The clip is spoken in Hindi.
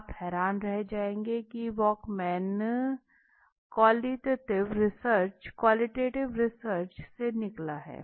आप हैरान रह जाएंगे कि वॉकमैन क्वालीतत्त्वे रिसर्च से निकला है